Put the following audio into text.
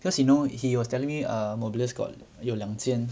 cause you know he was telling me err mobulus got 有两间